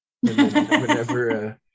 Whenever